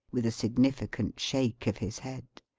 with a significant shake of his head.